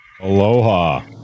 Aloha